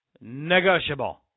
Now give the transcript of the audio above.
negotiable